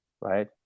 right